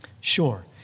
Sure